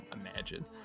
imagine